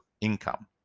income